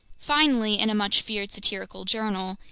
finally, in a much-feared satirical journal,